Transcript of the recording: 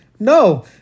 No